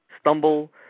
stumble